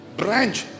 branch